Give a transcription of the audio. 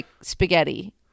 spaghetti